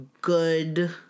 good